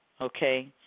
Okay